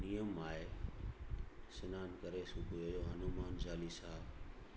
नियम आहे सनान करे सुबूह जो हनुमान चालीसा